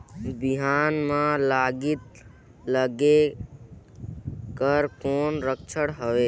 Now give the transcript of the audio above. बिहान म लाही लगेक कर कौन लक्षण हवे?